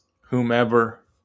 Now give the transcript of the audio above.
whomever